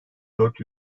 dört